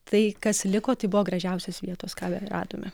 tai kas liko tai buvo gražiausios vietos ką radome